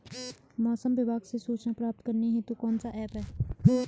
मौसम विभाग से सूचना प्राप्त करने हेतु कौन सा ऐप है?